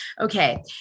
Okay